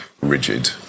rigid